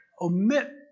omit